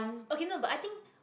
okay no but i think